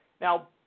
Now